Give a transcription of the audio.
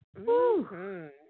-hmm